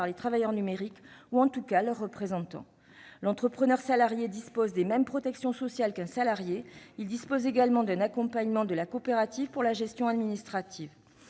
par les travailleurs numériques ou, en tout cas, par leurs « représentants ». L'entrepreneur salarié dispose des mêmes protections sociales qu'un salarié et d'un accompagnement de la coopérative pour la gestion administrative.